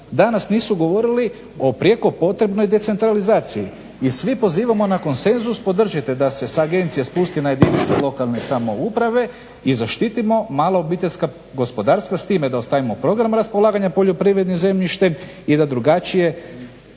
danas nisu govorili o prijeko potrebnoj decentralizaciji i svi pozivamo na konsenzus podržite da se sa agencije spusti na jedinice lokalne samouprave i zaštitimo mala OPG-a s time da ostavimo program raspolaganja poljoprivrednim zemljištem i da drugačije